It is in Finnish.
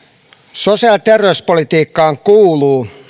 sosiaali ja terveyspolitiikkaan kuuluu